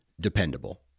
dependable